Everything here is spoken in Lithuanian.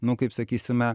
nu kaip sakysime